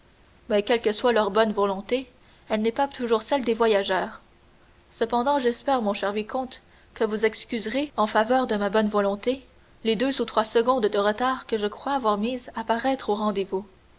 mais quelle que soit leur bonne volonté elle n'est pas toujours celle des voyageurs cependant j'espère mon cher vicomte que vous excuserez en faveur de ma bonne volonté les deux ou trois secondes de retard que je crois avoir mises à paraître au rendez-vous